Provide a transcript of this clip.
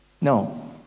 No